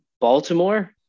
Baltimore